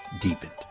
deepened